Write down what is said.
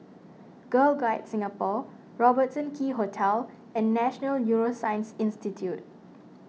Girl Guides Singapore Robertson Quay Hotel and National Neuroscience Institute